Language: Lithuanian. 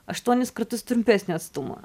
aštuonis kartus trumpesnį atstumą